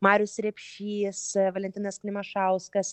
marius repšys valentinas klimašauskas